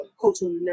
cultural